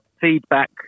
feedback